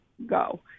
Go